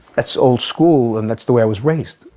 that's old school and that's the way i was raised.